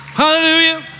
Hallelujah